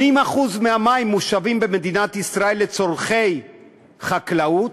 80% מהמים במדינת ישראל מושבים לצורכי חקלאות.